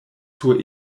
sur